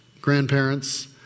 grandparents